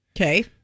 Okay